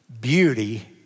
Beauty